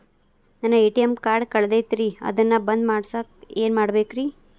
ನನ್ನ ATM card ಕಳದೈತ್ರಿ ಅದನ್ನ ಬಂದ್ ಮಾಡಸಾಕ್ ಏನ್ ಮಾಡ್ಬೇಕ್ರಿ?